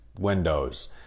windows